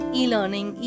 e-learning